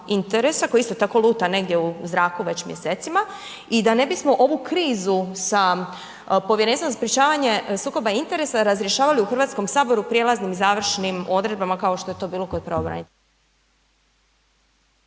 interesa koji isto tako luta negdje u zraku već mjesecima i da ne bismo ovu krizu sa Povjerenstvom za sprječavanje sukoba interesa razrješavali u Hrvatskom saboru u prijelaznim i završnim odredbama kao što je to bilo kod